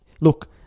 Look